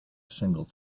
single